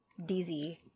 DZ